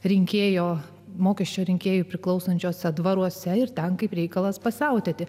rinkėjo mokesčių rinkėjui priklausančiuose dvaruose ir ten kaip reikalas pasiautėti